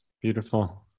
Beautiful